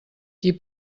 qui